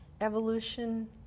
evolution